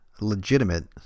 legitimate